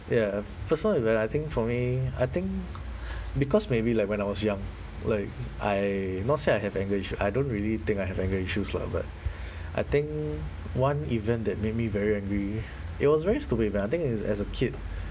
ya for some when I think for me I think because maybe like when I was young like I not say I have anger issue I don't really think I have anger issues lah but I think one event that made me very angry it was very stupid and I think is as a kid